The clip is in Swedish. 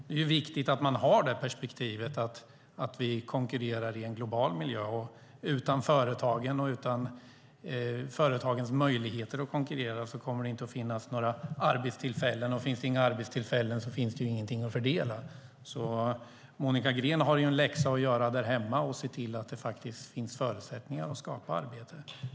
Det är viktigt att man har perspektivet att vi konkurrerar i en global miljö och att det utan företagen och deras möjligheter att konkurrera inte kommer att finnas några arbetstillfällen. Finns det inga arbetstillfällen finns det heller ingenting att fördela. Monica Green har alltså en läxa att göra där hemma för att se till att det faktiskt finns förutsättningar att skapa arbete.